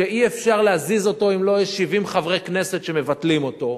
שאי-אפשר להזיז אותו אם אין 70 חברי כנסת שמבטלים אותו,